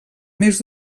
més